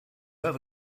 have